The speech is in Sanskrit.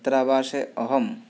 छात्रावासे अहं